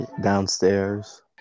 downstairs